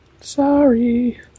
Sorry